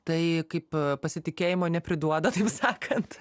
tai kaip pasitikėjimo nepriduoda taip sakant